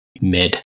mid